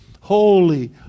Holy